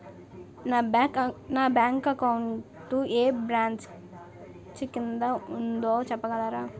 నా bank account ఏ branch కిందా ఉందో చెప్పగలరా?